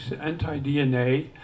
anti-DNA